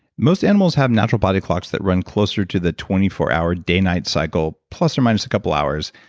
most animals have natural body clocks that run closer to the twenty four hour day night cycle, plus or minus a couple hours,